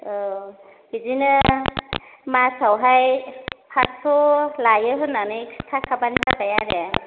औ बिदिनो मासावहाय पास्स' लायो होनानै खिथाखाबानो जाबाय आरो